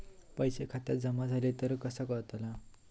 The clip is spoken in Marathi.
पैसे खात्यात जमा झाले तर कसा कळता?